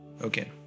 okay